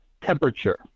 temperature